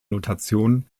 notation